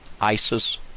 Isis